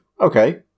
okay